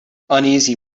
uneasy